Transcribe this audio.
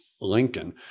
Lincoln